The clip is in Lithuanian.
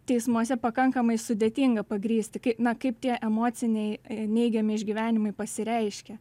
teismuose pakankamai sudėtinga pagrįsti kai na kaip tie emociniai neigiami išgyvenimai pasireiškia